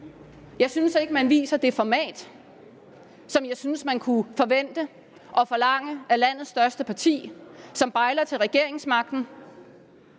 Jeg synes ikke, man viser det format, som jeg synes vi kunne forvente og forlange af landets største parti, som bejler til regeringsmagten,